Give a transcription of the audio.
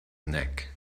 neck